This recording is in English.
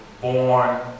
born